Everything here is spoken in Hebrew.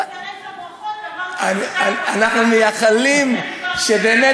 להצטרף לברכות, אמרתי, אנחנו מאחלים שבאמת